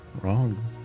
Wrong